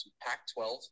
Pac-12